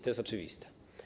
To jest oczywiste.